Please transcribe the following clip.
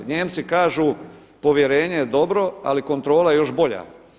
Nijemci kažu povjerenje je dobro ali kontrola još bolja.